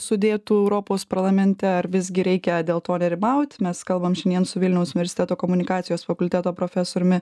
sudėtų europos parlamente ar visgi reikia dėl to nerimaut mes kalbam šiandien su vilniaus universiteto komunikacijos fakulteto profesoriumi